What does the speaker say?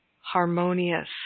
harmonious